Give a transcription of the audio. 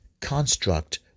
construct